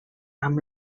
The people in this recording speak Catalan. amb